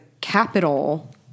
capital